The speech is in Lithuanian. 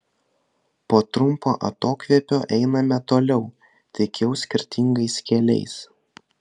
po trumpo atokvėpio einame toliau tik jau skirtingais keliais